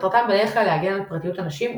מטרתם בדרך כלל להגן על פרטיות אנשים או